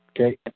Okay